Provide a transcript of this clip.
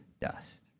dust